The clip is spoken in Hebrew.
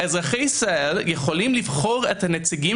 אזרחי ישראל יכולים לבחור את הנציגים